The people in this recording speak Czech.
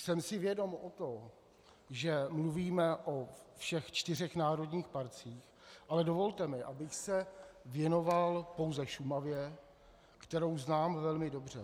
Jsem si vědom toho, že mluvíme o všech čtyřech národních parcích, ale dovolte mi, abych se věnoval pouze Šumavě, kterou znám velmi dobře.